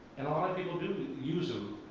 people do use them,